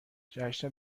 جشن